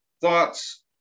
thoughts